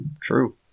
true